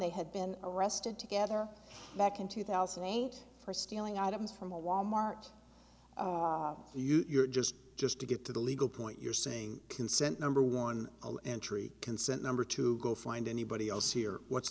they had been arrested together back in two thousand and eight for stealing items from a wal mart you're just just to get to the legal point you're saying consent number one entry consent number to go find anybody else here wh